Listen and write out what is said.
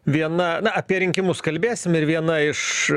viena na apie rinkimus kalbėsim ir viena iš